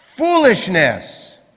foolishness